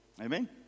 amen